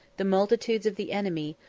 the multitudes of the enemy,